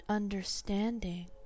understanding